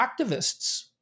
activists